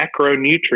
macronutrients